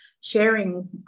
sharing